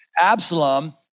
Absalom